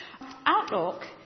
Outlook